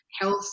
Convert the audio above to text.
health